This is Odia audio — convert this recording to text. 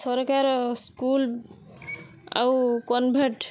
ସରକାର ସ୍କୁଲ ଆଉ କନଭେର୍ଟ